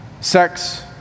sex